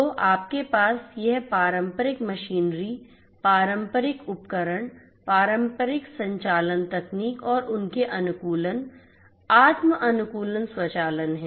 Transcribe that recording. तो आपके पास यह पारंपरिक मशीनरी पारंपरिक उपकरण पारंपरिक संचालन तकनीक और उनके अनुकूलन आत्म अनुकूलन स्वचालन हैं